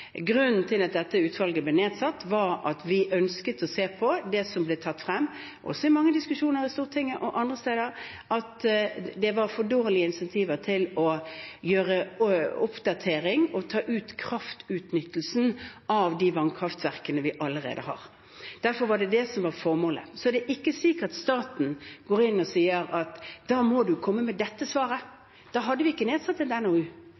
Grunnen til at dette utvalget ble nedsatt, var at vi ønsket å se på det som ble tatt frem – også i mange diskusjoner i Stortinget og andre steder – om at det var for dårlige incentiver til å gjøre oppdateringer og ta ut kraftutnyttelsen av de vannkraftverkene vi allerede har. Det var det som var formålet. Så er det ikke sikkert at staten går inn og sier at man da må komme med dette svaret. Da hadde vi ikke bedt om en NOU,